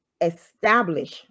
establish